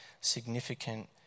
significant